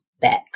back